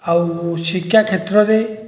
ଆଉ ଶିକ୍ଷା କ୍ଷେତ୍ରରେ